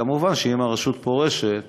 כמובן, אם הרשות פורשת